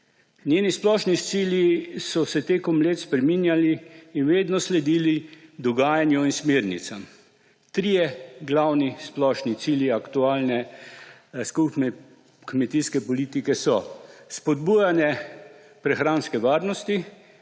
Njeni splošni cilji so se z leti spreminjali in vedno sledili dogajanju in smernicam. Trije glavni splošni cilji aktualne skupne kmetijske politike so: spodbujanje prehranske varnosti,